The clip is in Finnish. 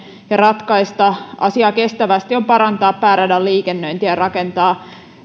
ja ratkaista asia kestävästi on parantaa pääradan liikennöintiä ja rakentaa